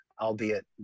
albeit